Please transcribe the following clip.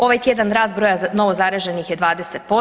Ovaj tjedan rast broja novo zaraženih je 20%